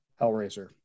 Hellraiser